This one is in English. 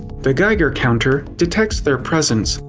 the geiger counter detects their presence.